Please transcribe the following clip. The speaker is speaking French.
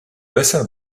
bassin